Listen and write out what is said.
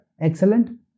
excellent